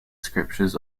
scriptures